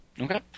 Okay